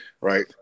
right